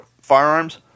firearms